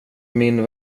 min